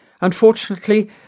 Unfortunately